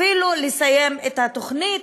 אפילו לסיים את התוכנית,